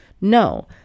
No